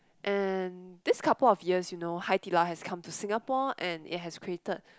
and this couple of years you know Haidilao has come to Singapore and it has created